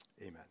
Amen